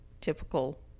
typical